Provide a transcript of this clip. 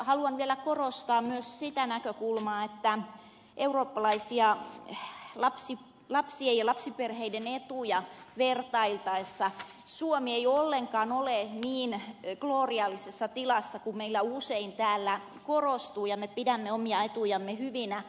haluan vielä korostaa myös sitä näkökulmaa että eurooppalaisia lasten ja lapsiperheiden etuja vertailtaessa suomi ei ollenkaan ole niin glooriallisessa tilassa kuin meillä usein täällä korostuu kun me pidämme omia etujamme hyvinä